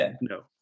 no